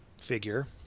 figure